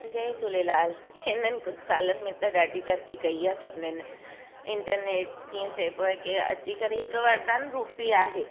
जय झूलेलाल हिननि कुझु सालनि में त ॾाढी तरक़ी कई आहे सभिनीनि इंटरनेट जीअं चइबो आहे कि हिकु वरदान रूपी आहे